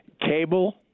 Cable